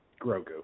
Grogu